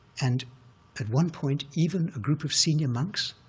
and at one point, even a group of senior monks